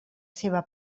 seva